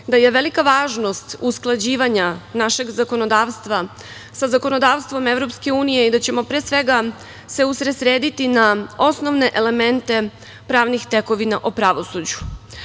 da je velika važnost usklađivanja našeg zakonodavstva sa zakonodavstvom EU i da ćemo pre svega se usredsrediti na osnove elemente pravnih tekovina o pravosuđu. Kao